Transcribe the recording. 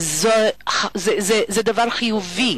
זה דבר חיובי,